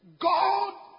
God